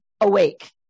awake